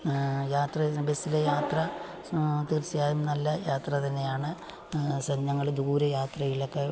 യാത്ര ബസ്സിലെ യാത്ര തീർച്ചയായും നല്ല യാത്ര തന്നെയാണ് ഞങ്ങള് ദുരെ യാത്രയിലൊക്കെ